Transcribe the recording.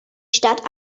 stadt